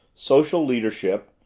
social leadership,